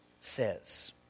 says